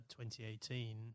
2018